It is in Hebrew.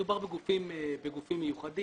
מדובר בגופים מיוחדים,